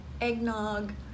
eggnog